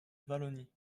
wallonie